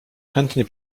chętnie